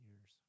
years